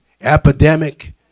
epidemic